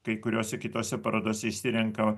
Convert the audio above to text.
kai kuriose kitose parodose išsirenka